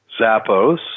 Zappos